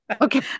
Okay